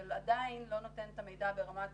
זה עדין לא נותן את המידע ברמה של,